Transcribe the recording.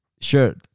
Sure